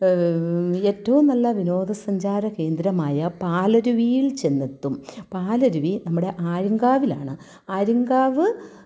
ഏറ്റവും നല്ല വിനോദ സഞ്ചാര കേന്ദ്രമായ പാലരുവിയിൽ ചെന്നെത്തും പാലരുവി നമ്മുടെ ആര്യങ്കാവിലാണ് ആര്യങ്കാവ്